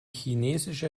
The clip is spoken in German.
chinesische